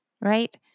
right